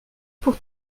pour